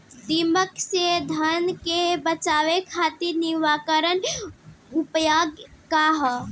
दिमक से धान के बचावे खातिर निवारक उपाय का ह?